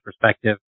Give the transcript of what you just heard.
perspective